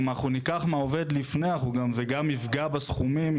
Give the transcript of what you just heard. אם אנחנו ניקח מהעובד לפני אנחנו זה גם יפגע בסכומים,